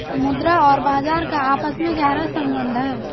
मुद्रा और बाजार का आपस में गहरा सम्बन्ध है